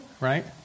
right